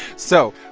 so